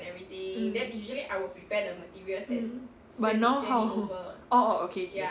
mm mm but now how orh okay K